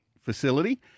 Facility